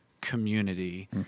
community